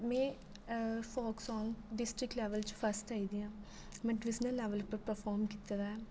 में फाल्क सान्ग डिस्ट्रीक्ट लेवल च फर्स्ट आई दी आं में डिविजनल लेवल उप्पर परफार्म कीते दा ऐ